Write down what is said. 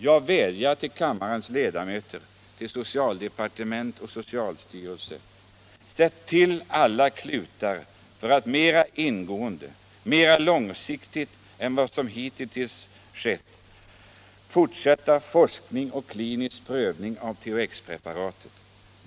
Jag vädjar till kammarens ledamöter, till socialdepartementet och socialstyrelsen: Sätt till alla klutar för att mera ingående, mera långsiktigt än vad som hittills skett fortsätta forskning och klinisk prövning av THX-preparatet!